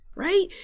right